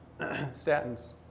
statins